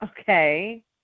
Okay